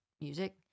music